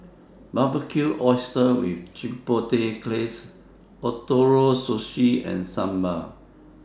Barbecued Oysters with Chipotle Glaze Ootoro Sushi and Sambar